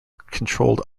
controlled